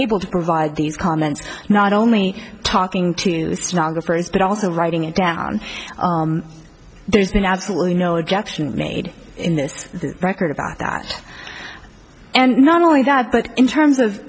able to provide these comments not only talking to you but also writing it down there's been absolutely no objection made in this record about that and not only that but in terms of